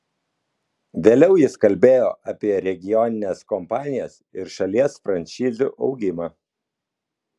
vėliau jis kalbėjo apie regionines kompanijas ir šalies franšizių augimą